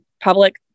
public